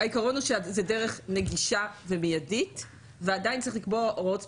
העקרון הוא שזו דרך נגישה ומיידית ועדיין צריך לקבוע הוראות ספציפיות.